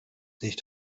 nicht